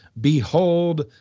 Behold